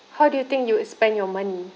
how do you think you would spend your money